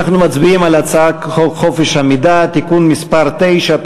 אנחנו מצביעים על הצעת חוק חופש המידע (תיקון מס' 9),